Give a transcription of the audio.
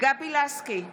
גבי לסקי,